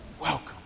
welcome